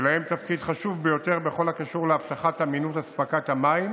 ויש להם תפקיד חשוב ביותר בכל הקשור להבטחת אמינות אספקת המים